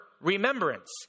remembrance